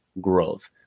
growth